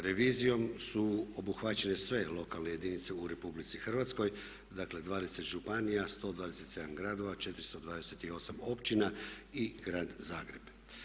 Revizijom su obuhvaćene sve lokalne jedinice u RH, dakle 20 županija, 127 gradova, 428 općina i grad Zagreb.